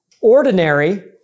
ordinary